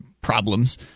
problems